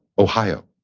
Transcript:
ohio.